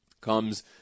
comes